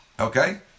Okay